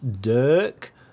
Dirk